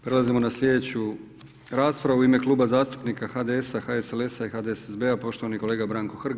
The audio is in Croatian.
Prelazimo na sljedeću raspravu u ime Kluba zastupnika HDS-a, HSLS-a i HDSSB-a poštovani kolega Branko HRg.